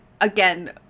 again